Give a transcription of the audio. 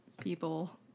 people